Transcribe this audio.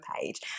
page